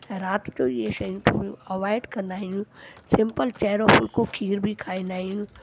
ऐं राति जो इहे शयूं थोरी अवॉइड कंदा आहियूं सिम्पल चैहरो फुलको खीर बि खाईंदा आयूं